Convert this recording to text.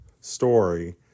story